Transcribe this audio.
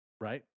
right